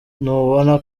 ntubona